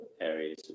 areas